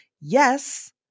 yes